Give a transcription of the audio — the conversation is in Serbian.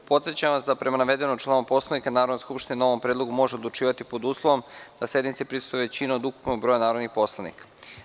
Podsećam vas da prema navedenom članu Poslovnika Narodna skupština o ovom predlogu može odlučivati pod uslovom da sednici prisustvuje većina od ukupnog broja narodnih poslanika.